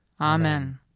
Amen